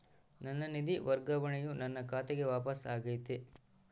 ನನ್ನ ನಿಧಿ ವರ್ಗಾವಣೆಯು ನನ್ನ ಖಾತೆಗೆ ವಾಪಸ್ ಆಗೈತಿ